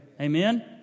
Amen